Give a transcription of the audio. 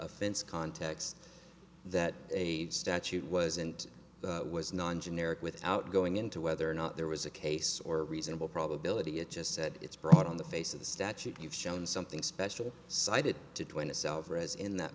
offense context that a statute was and was non generic without going into whether or not there was a case or reasonable probability it just said it's brought on the face of the statute you've shown something special cited